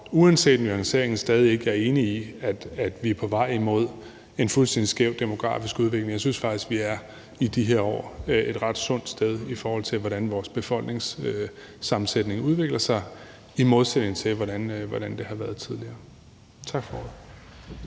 uanset nuanceringen stadig ikke, at jeg er enig i, at vi er på vej imod en fuldstændig skæv demografisk udvikling. Jeg synes faktisk, at vi i de her år er et ret sundt sted, i forhold til hvordan vores befolkningssammensætning udvikler sig, i modsætning til hvordan det har været tidligere. Tak for